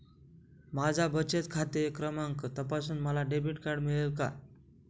माझा बचत खाते क्रमांक तपासून मला डेबिट कार्ड मिळेल का?